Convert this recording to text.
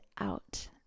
out